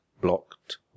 blocked